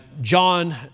John